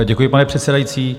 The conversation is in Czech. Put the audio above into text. Děkuji, pane předsedající.